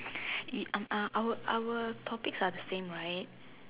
it um uh our our topics are the same right